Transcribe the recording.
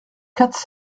quatre